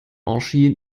erschien